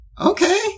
Okay